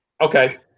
Okay